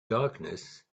darkness